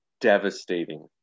devastating